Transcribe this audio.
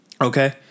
Okay